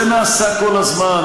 זה נעשה כל הזמן.